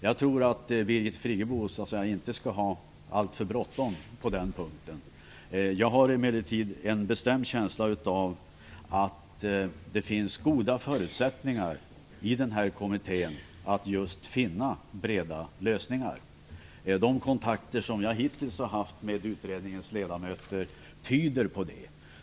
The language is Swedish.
Jag tycker att Birgit Friggebo inte skall ha alltför bråttom på den punkten. Jag har emellertid en bestämd känsla av att det finns goda förutsättningar i den här utredningen att just finna breda lösningar. De kontakter som jag hittills har haft med utredningens ledamöter tyder på det.